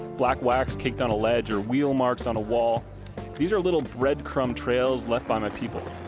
black wax kicked on a ledge, or wheel marks on a wall these are little bread crumb trails left by my people.